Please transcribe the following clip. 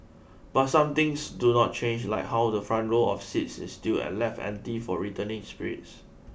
but some things do not change like how the front row of seats is still left empty for returning spirits